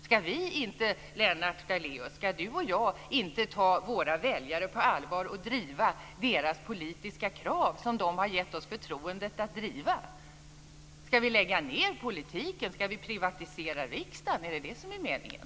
Ska vi inte, Lennart Daléus och jag, ta våra väljare på allvar och driva deras politiska krav som de har gett oss förtroendet att driva? Ska vi lägga ned politiken? Ska vi privatisera riksdagen? Är det det som är meningen?